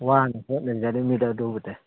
ꯋꯥꯅ ꯍꯣꯠꯅꯖꯔꯤꯃꯤꯗ ꯑꯗꯨꯕꯨꯗꯤ